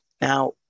Now